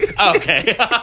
Okay